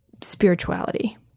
spirituality